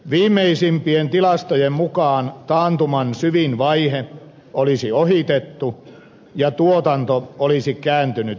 viimeisimpien tilastojen mukaan taantuman syvin vaihe olisi ohitettu ja tuotanto olisi kääntynyt hienoiseen kasvuun